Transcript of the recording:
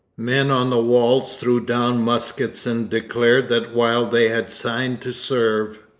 men on the walls threw down muskets and declared that while they had signed to serve,